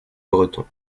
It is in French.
breton